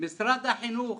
שמשרד החינוך